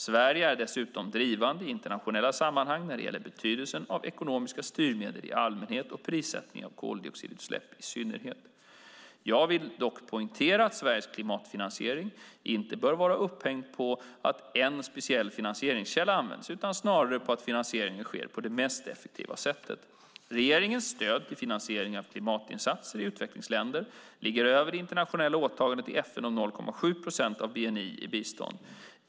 Sverige är dessutom drivande i internationella sammanhang när det gäller betydelsen av ekonomiska styrmedel i allmänhet och prissättning av koldioxidutsläpp i synnerhet. Jag vill dock poängtera att Sveriges klimatfinansiering inte bör vara upphängd på att en speciell finansieringskälla används utan snarare på att finansieringen sker på det mest effektiva sättet. Regeringens stöd till finansiering av klimatinsatser i utvecklingsländer ligger över det internationella åtagandet i FN om 0,7 procent av bni i bistånd.